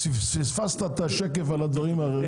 פספסת את השקף על הדברים האחרים.